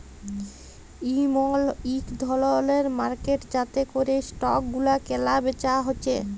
ইমল ইক ধরলের মার্কেট যাতে ক্যরে স্টক গুলা ক্যালা বেচা হচ্যে